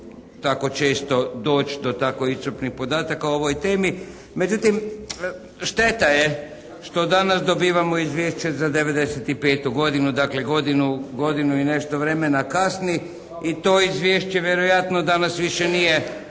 tako često doći do tako iscrpnih podataka o ovoj temi. Međutim šteta je što danas dobivamo izvješće za 1995. godinu. Dakle godinu, godinu i nešto vremena kasni. I to izvješće vjerojatno danas više nije